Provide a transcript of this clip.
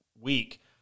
week